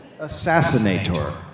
Assassinator